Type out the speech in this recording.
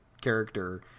character